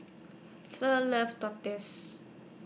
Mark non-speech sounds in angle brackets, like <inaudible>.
fur loves <unintelligible>